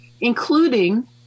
including